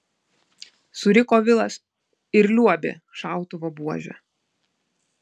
suriko vilas ir liuobė šautuvo buože